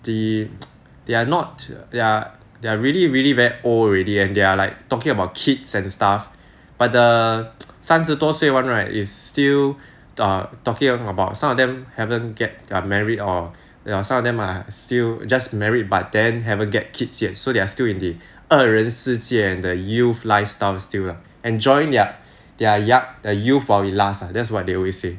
they they are not ya they are really really very old already and they are like talking about kids and stuff but the 三十多岁 [one] right is still err talking about some of them haven't get they are married or there are some of them are still just married but then haven't get kids yet so they are still in the 二人世界 and the youth lifestyle still enjoying their their young the youth while it last ah that's what they always say